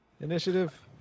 Initiative